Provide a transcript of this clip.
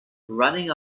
running